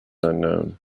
unknown